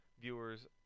viewers